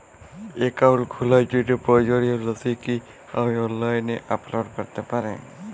Account খোলার জন্য প্রয়োজনীয় নথি কি আমি অনলাইনে আপলোড করতে পারি?